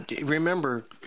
Remember